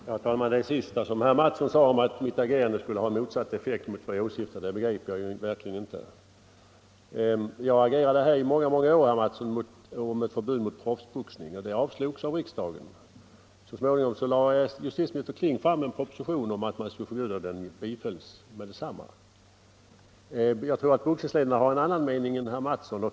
Herr talman! Det sista som herr Mattsson i Lane-Herrestad sade, att mitt agerande skulle ha rakt motsatt effekt mot vad jag åsyftade, begrep jag inte alls. Jag agerade i många år mot proffsboxningen, herr Mattsson, men mina motioner avslogs av riksdagen. Så småningom lade emellertid justitieminister Kling fram en proposition om att förbjuda proffsboxningen, och det förslaget bifölls genast. Jag tror också att boxningsvännerna har en annan mening än herr Mattsson.